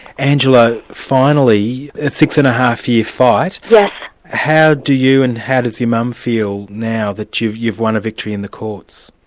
angela, finally, a six-and-a-half year fight yeah how do you and how does your mum feel now that you've you've won a victory in the courts?